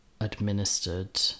administered